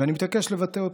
ואני מתעקש לבטא אותו.